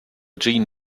jean